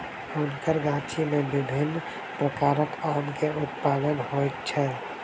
हुनकर गाछी में विभिन्न प्रकारक आम के उत्पादन होइत छल